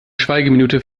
schweigeminute